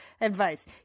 advice